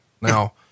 Now